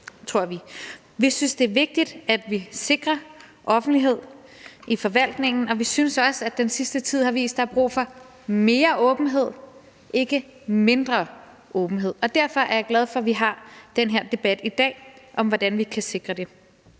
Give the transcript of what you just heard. Vi synes, det er vigtigt, at vi sikrer offentlighed i forvaltningen, og vi synes også, at den sidste tid har vist, at der er brug for mere åbenhed og ikke mindre åbenhed, og derfor er jeg glad for, at vi har den her debat i dag om, hvordan vi kan sikre det.